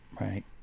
Right